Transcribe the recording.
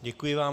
Děkuji vám.